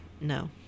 No